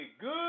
good